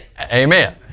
Amen